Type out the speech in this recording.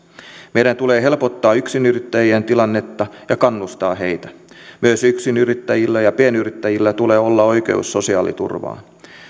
meidän tulee helpottaa yksinyrittäjien tilannetta ja kannustaa heitä myös yksinyrittäjillä ja pienyrittäjillä tulee olla oikeus sosiaaliturvaan